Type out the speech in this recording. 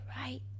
right